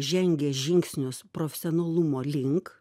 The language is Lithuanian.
žengė žingsnius profesionalumo link